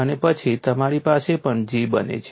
અને પછી તમારી પાસે પણ G બને છે